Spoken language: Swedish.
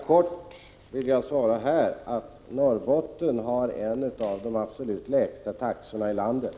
Herr talman! Jag vill bara peka på att Norrbotten har en av de absolut lägsta taxorna i landet.